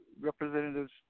representatives